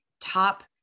top